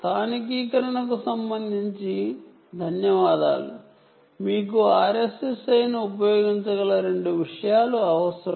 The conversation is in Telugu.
లోకలైజషన్ కు సంబంధించి మీకు RSSI మరియు ఫేజ్ ఈ రెండు విషయాలు అవసరం